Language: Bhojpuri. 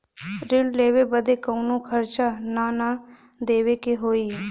ऋण लेवे बदे कउनो खर्चा ना न देवे के होई?